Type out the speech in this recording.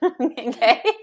Okay